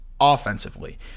offensively